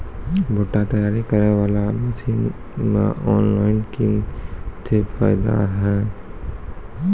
भुट्टा तैयारी करें बाला मसीन मे ऑनलाइन किंग थे फायदा हे?